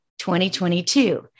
2022